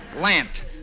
Lant